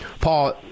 Paul